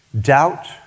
Doubt